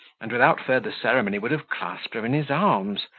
and without further ceremony would have clasped her in his arms,